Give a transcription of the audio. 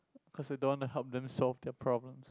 cause you don't want to help them solve their problem